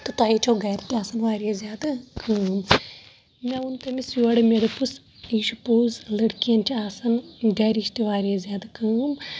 تہٕ تۄہے چھو گَرِ تہِ آسان واریاہ زیادٕ کٲم مےٚ ووٚن تٔمِس یورٕ مےٚ دوٚپُس یہِ چھِ پوٚز لٔڑکِیَن چھِ آسان گَرِچ تہِ واریاہ زیادٕ کٲم